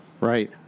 Right